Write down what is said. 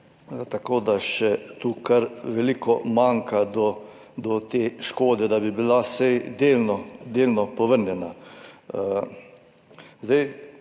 Tako da tu še kar veliko manjka do te škode, da bi bila vsaj delno povrnjena.